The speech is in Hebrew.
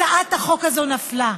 הצעת החוק הזאת נפלה.